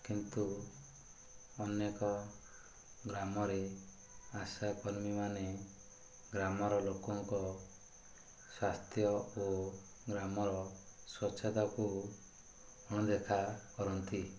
କିନ୍ତୁ ଅନେକ ଗ୍ରାମରେ ଆଶାକର୍ମୀମାନେ ଗ୍ରାମର ଲୋକଙ୍କ ସ୍ୱାସ୍ଥ୍ୟ ଓ ଗ୍ରାମର ସ୍ୱଚ୍ଛତାକୁ ଅଣଦେଖା କରନ୍ତି